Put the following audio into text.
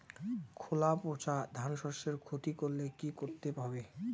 খোলা পচা ধানশস্যের ক্ষতি করলে কি করতে হবে?